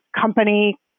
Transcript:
company